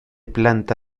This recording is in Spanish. planta